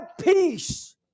peace